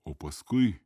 o paskui